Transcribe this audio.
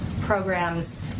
programs